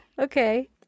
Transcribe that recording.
Okay